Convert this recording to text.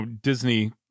Disney